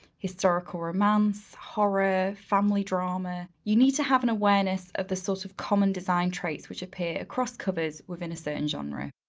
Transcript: historical romance, horror, family drama, you need to have an awareness of the sort of common design traits which appear across covers within a certain genre.